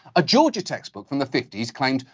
a georgia textbook from the fifties claimed,